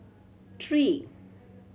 three